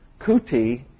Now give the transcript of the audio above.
kuti